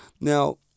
Now